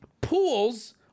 Pools